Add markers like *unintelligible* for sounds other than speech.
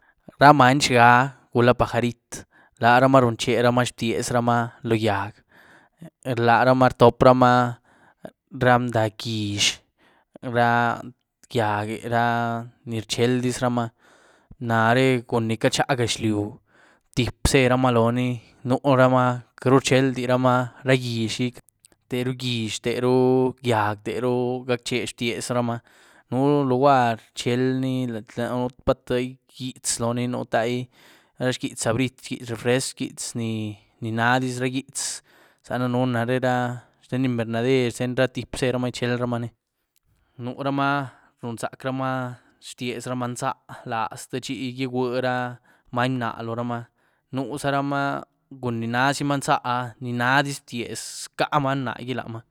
Ra many xga gula ra pajarit´, laramaa runcheramaa xtiezramaa lo gyag, laramaa rtopramaa ra mdahg gyíex, ra *hesitation* gyagéh, ra *hesitation* ni rchieldizmaa. Nare cun ni cachag gaxliú tiep´ zeramaa lon, nu´ramaa queityru rcheldiramaa ra gyíex gí, terúh gyíex, terúg gyag, terúg, *hesitation* gac´bchie xtiezramaa, nú lugwary rchielní *unintelligible* lad nú ndai gyietz loní, nú ndai ra xquietz zabrit, xquietz refrescw, xquietz ni, ni nadiz ra gyietz. Zaën danun nareh rah xten invernader, ra tiep´ zerama ichielyramaani. Nuramaa runzac´ramaa xtiezramaa nzálaz techi igwe ra many mna loramaa, nuzaramaa cun ni nazima nzá ah ni nadiez btiez zcá´ many mnagí lamaa.